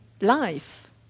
life